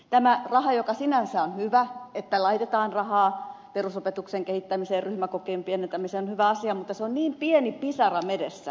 tämä raha joka laitetaan perusopetuksen kehittämiseen ryhmäkokojen pienentämiseen on sinänsä hyvä asia mutta se on pieni pisara meressä